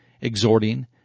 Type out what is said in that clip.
exhorting